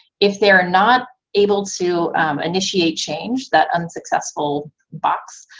if they're not able to initiative change, that unsuccessful box,